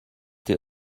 dir